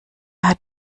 hat